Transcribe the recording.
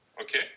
Okay